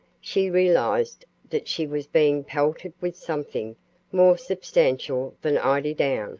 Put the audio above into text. she realized that she was being pelted with something more substantial than eiderdown.